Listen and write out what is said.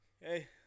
Hey